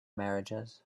marriages